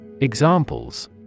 Examples